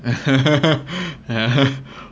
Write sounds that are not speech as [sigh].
[laughs]